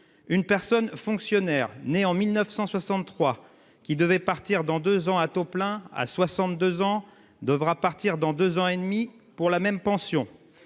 une personne fonctionnaire né en 1963 qui devait partir dans 2 ans à taux plein à 62 ans, devra partir dans 2 ans et demi pour la même pension.